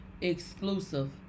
Exclusive